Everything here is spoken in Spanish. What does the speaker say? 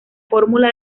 fórmula